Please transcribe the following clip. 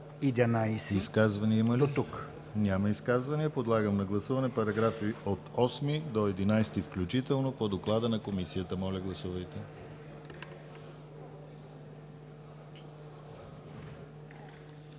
Изказвания? Няма изказвания. Подлагам на гласуване параграфи от 42 до 45 включително по доклада на Комисията. Гласували